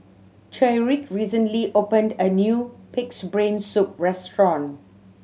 Tyriq recently opened a new Pig's Brain Soup restaurant